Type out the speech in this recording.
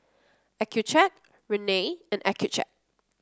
Accucheck Rene and Accucheck